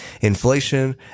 Inflation